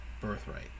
birthright